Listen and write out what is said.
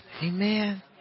Amen